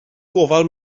gofal